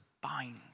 bind